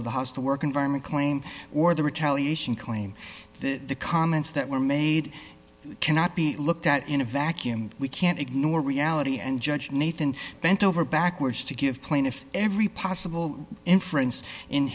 of the hostile work environment claim or the retaliation claim that the comments that were made cannot be looked at in a vacuum we can't ignore reality and judge nathan bent over backwards to give plaintiff every possible inference in